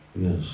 yes